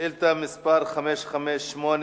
שאילתא מס' 558,